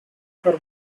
for